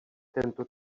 tento